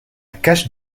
cache